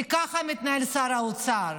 כי ככה מתנהל שר האוצר.